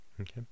Okay